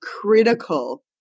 critical